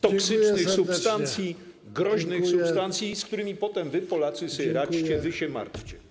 Toksycznych substancji, groźnych substancji, z którymi potem wy, Polacy, sobie radźcie, wy się martwcie.